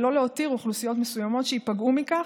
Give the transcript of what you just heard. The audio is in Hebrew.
ולא להותיר אוכלוסיות מסוימות שייפגעו מכך,